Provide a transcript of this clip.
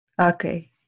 okay